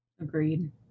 Agreed